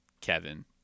Kevin